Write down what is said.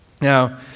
Now